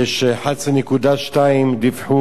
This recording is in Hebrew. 11.2% דיווחו,